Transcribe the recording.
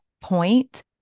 point